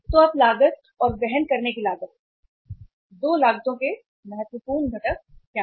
तो लागत और वहन करने की लागत दो लागतों के महत्वपूर्ण घटक क्या हैं